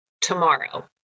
tomorrow